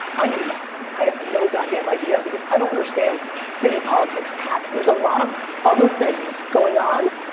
i mean that. i have no god damn idea because i don't understand city politics, tax, there's a lot of other things going on.